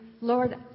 Lord